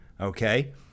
okay